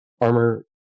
armor